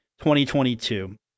2022